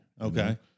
Okay